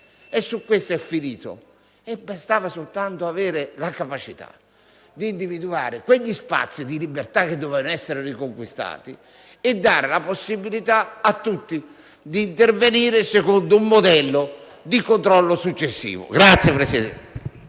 chiunque. Bastava semplicemente avere la capacità di individuare quegli spazi di libertà che dovevano essere riconquistati e dare la possibilità a tutti di intervenire secondo un modello di controllo successivo. (*Applausi*).